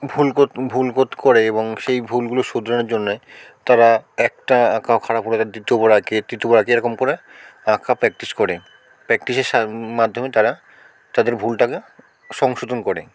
ভুল ক ভুল করে এবং সেই ভুলগুলো শোধরানোর জন্যে তারা একটা আঁকা খারাপ হলে তা দ্বিতীয়বার আঁকে তৃতীয়বার আঁকে এরকম করে আঁকা প্র্যাকটিস করে প্রাকটিসের সাম মাধ্যমে তারা তাদের ভুলটাকে সংশোধন করে